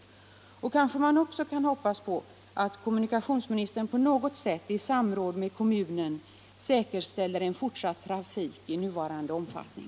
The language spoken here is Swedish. Kanske kan man också hoppas på att kommunikationsministern på något sätt i samråd med kommunen säkerställer en fortsatt trafik i nuvarande omfattning.